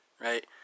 Right